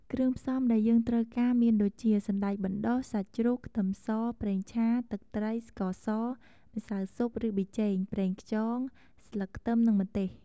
គ្រឿងផ្សំដែលយើងត្រូវការមានដូចជា សណ្ដែកបណ្ដុះ សាច់ជ្រូក ខ្ទឹមស ប្រេងឆា ទឹកត្រី ស្ករស ម្សៅស៊ុប ឬប៊ីចេង ប្រេងខ្យង ស្លឹកខ្ទឹម និងម្ទេស។